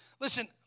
Listen